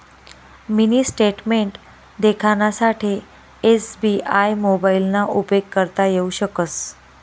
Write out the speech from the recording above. mini statement देखानासाठे SBI मोबाइलना उपेग करता येऊ शकस